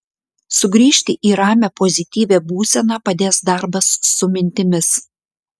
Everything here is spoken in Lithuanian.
sugrįžti į ramią pozityvią būseną padės darbas su mintimis